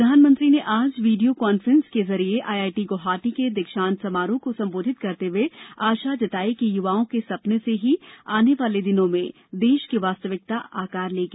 प्रधानमंत्री ने आज वीडियो कान्फ्रेंस के जरिए आईआईटी गुवाहाटी के दीक्षान्त् समारोह को संबोधित करते हुए आशा व्यक्त की कि युवाओं के सपनों से ही आने वाले दिनों में देश की वास्तविकता आकार लेगी